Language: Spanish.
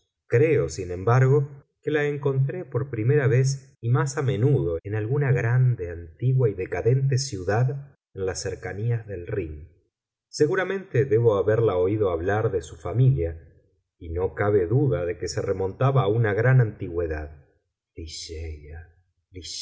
creo sin embargo que la encontré por primera vez y más a menudo en alguna grande antigua y decadente ciudad en las cercanías del rhin seguramente debo haberla oído hablar de su familia y no cabe duda de que se remontaba a una gran antigüedad